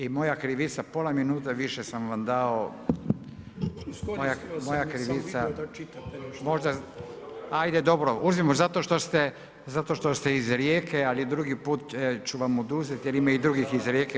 I moja krivica, pola minute više sam vam dao, moja krivica. … [[Upadica sa strane, ne razumije se.]] Ajde dobro, uzmimo zato što ste iz Rijeke ali drugi put ću vam oduzeti jer ima i drugih iz Rijeke.